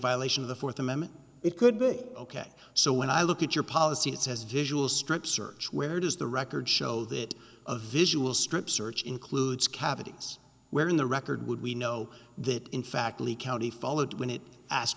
violation of the fourth amendment it could be ok so when i look at your policy it says visual strip search where does the record show that a visual strip search includes cavities where in the record would we know that in fact lee county followed when it asked